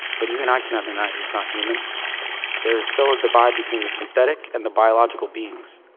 but even i cannot deny he is not human there is still a divide between the synthetic and the biological beings,